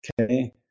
okay